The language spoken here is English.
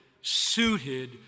suited